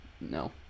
No